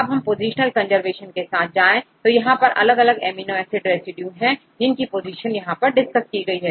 यदि हम positional conservation के साथ जाए तो यहां पर अलग अलग एमिनो एसिड रेसिड्यू है जिनकी पोजीशन यहां पर डिसकस की गई है